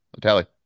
tally